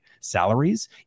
salaries